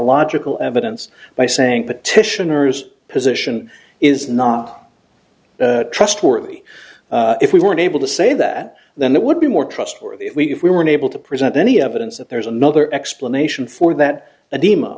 logical evidence by saying petitioners position is not trustworthy if we weren't able to say that then it would be more trustworthy if we if we were unable to present any evidence that there's another explanation for that and em